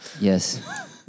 Yes